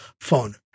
phone